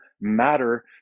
matter